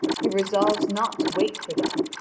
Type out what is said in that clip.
he resolves not to wait for them,